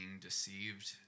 deceived